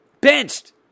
benched